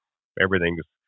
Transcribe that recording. everything's